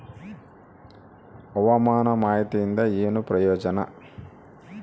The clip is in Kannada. ಹವಾಮಾನ ಮಾಹಿತಿಯಿಂದ ಏನು ಪ್ರಯೋಜನ?